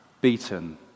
beaten